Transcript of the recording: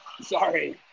Sorry